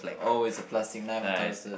oh it's a plastic knife I thought it was a